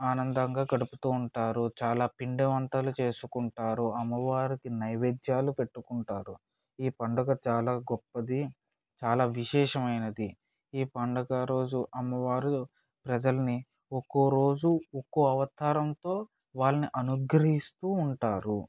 ఆనందంగా గడుపుతూ ఉంటారు చాలా పిండి వంటలు చేసుకుంటారు అమ్మవారికి నైవేద్యాలు పెట్టుకుంటారు ఈ పండుగ చాలా గొప్పది చాలా విశేషమైనది ఈ పండుగ రోజు అమ్మవారు ప్రజల్ని ఒక్కో రోజు ఒక్కో అవతారంతో వాళ్ళని అనుగ్రహిస్తూ ఉంటారు